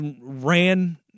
ran